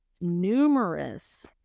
numerous